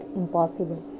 impossible